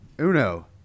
uno